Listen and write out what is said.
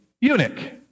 eunuch